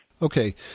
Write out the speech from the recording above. Okay